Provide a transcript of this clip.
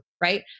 Right